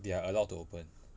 they are allowed to open